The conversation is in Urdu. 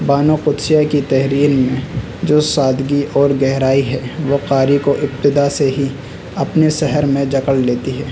بانو قدسیہ کی تحریر میں جو سادگی اور گہرائی ہے وہ قاری کو ابتدا سے ہی اپنے سحر میں جکڑ لیتی ہے